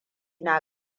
na